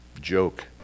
joke